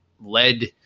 led